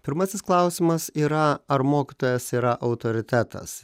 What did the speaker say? pirmasis klausimas yra ar mokytojas yra autoritetas